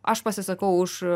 aš pasisakau už